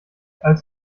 als